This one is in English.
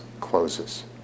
closes